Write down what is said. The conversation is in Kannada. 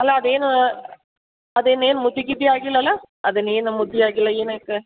ಅಲ್ಲ ಅದೇನು ಅದು ಇನ್ನೇನು ಮುದ್ದೆ ಗಿದ್ದೆ ಆಗಿಲ್ವಲ್ಲ ಅದನ್ನೇನು ಮುದ್ದೆ ಆಗಿಲ್ಲ ಏನಕ